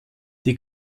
die